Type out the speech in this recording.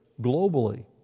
globally